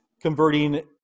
converting